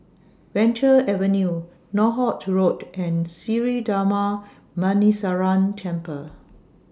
Venture Avenue Northolt Road and Sri Darma Muneeswaran Temple